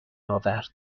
آورد